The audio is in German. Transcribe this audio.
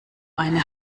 eine